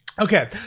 Okay